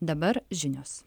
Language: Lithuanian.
dabar žinios